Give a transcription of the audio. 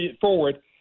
forward